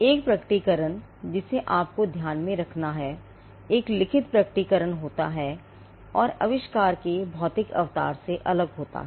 एक प्रकटीकरण जिसे आपको ध्यान में रखना है एक लिखित प्रकटीकरण होता है और आविष्कार के भौतिक अवतार से अलग होता है